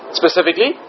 specifically